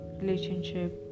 relationship